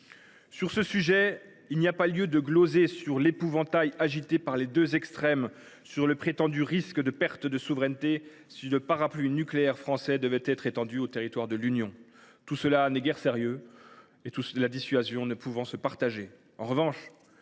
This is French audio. Sur ce sujet, il n’y a pas lieu de gloser sur l’épouvantail agité par les deux extrêmes quant aux prétendus risques de perte de souveraineté si le parapluie nucléaire français devait être étendu au territoire de l’Union européenne. Tout cela n’est guère sérieux, la dissuasion ne pouvant se partager.